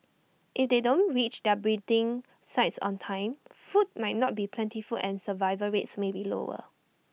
if they don't reach their breeding sites on time food might not be plentiful and survival rates may be lower